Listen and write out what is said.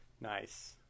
nice